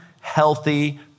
healthy